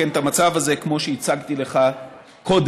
לתקן את המצב הזה, כמו שהצגתי לך קודם.